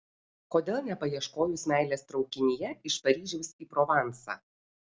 kodėl nepaieškojus meilės traukinyje iš paryžiaus į provansą